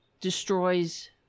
Destroys